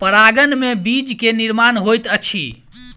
परागन में बीज के निर्माण होइत अछि